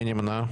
מי נמנע?